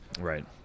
Right